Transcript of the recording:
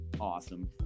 awesome